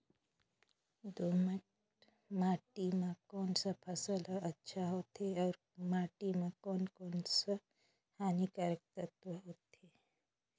दोमट माटी मां कोन सा फसल ह अच्छा होथे अउर माटी म कोन कोन स हानिकारक तत्व होथे?